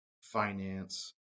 finance